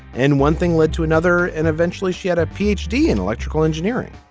and one thing led to another and eventually she had a p. h. d in electrical engineering.